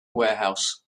warehouse